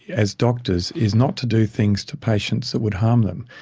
as doctors is not to do things to patients that would harm them.